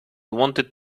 wanted